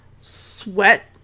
sweat